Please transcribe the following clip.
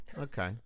Okay